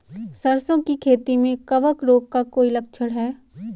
सरसों की खेती में कवक रोग का कोई लक्षण है?